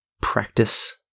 Practice